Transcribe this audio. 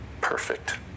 Perfect